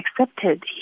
accepted